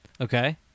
Okay